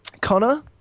Connor